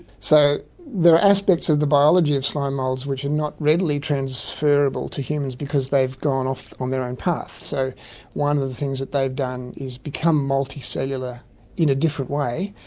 so there are aspects of the biology of slime moulds which are not readily transferable to humans because they've gone off on their own path. so one of the things that they've done is become multicellular in a different way,